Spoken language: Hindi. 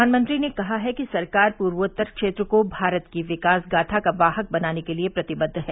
प्रधानमंत्री ने कहा है कि सरकार पूर्वोत्तर क्षेत्र को भारत की विकास गाथा का वाहक बनाने के लिए प्रतिबद्द है